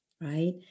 right